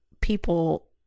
people